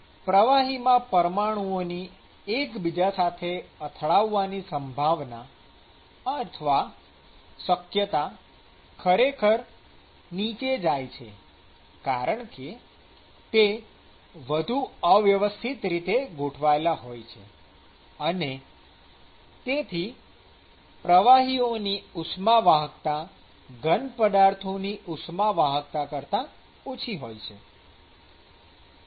પ્રવાહીમાં પરમાણુઓની એકબીજા સાથે અથડાવાની સંભાવના અથવા શક્યતા ખરેખર નીચે જાય છે કારણકે તે વધુ અવ્યવસ્થિત રીતે ગોઠવાયેલા હોય છે અને તેથી પ્રવાહીઓની ઉષ્માવાહકતા ઘન પદાર્થોની ઉષ્માવાહકતા કરતા ઓછી હોય છે